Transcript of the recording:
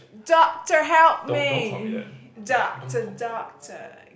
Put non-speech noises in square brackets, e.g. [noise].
doctor help me [breath] doctor doctor